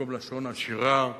במקום לשון עשירה,